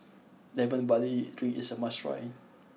Lemon Barley drink is a must try